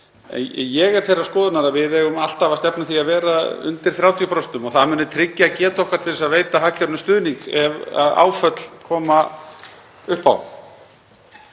Ég er þeirrar skoðunar að við eigum alltaf að stefna að því að vera undir 30% og það muni tryggja getu okkar til að veita hagkerfinu stuðning ef áföll koma upp á.